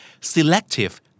Selective